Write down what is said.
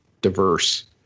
diverse